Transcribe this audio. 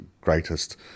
greatest